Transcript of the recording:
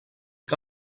que